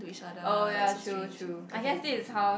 oh ya true true I guess this is how